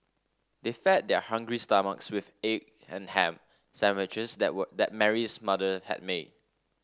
they fed their hungry stomachs with egg and ham sandwiches that were that Mary's mother had made